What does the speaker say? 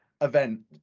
event